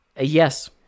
Yes